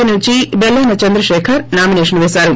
P నుంచి Bellana Chandrasekhar nomination వేసారు